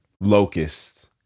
locusts